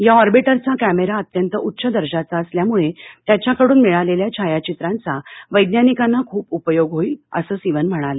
या ऑरबिटरचा कॅमेरा अत्यंत उच्च दर्जाचा असल्यामुळे त्याच्याकडून मिळालेल्या छायाचित्रांचा वद्यानिकांना खूप उपयोग होईल असं सिवन म्हणाले